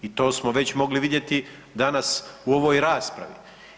I to smo već mogli vidjeti danas u ovoj raspravi.